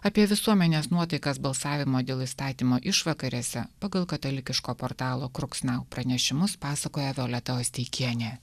apie visuomenės nuotaikas balsavimo dėl įstatymo išvakarėse pagal katalikiško portalo kruksnau pranešimus pasakoja violeta osteikienė